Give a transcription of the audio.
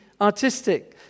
artistic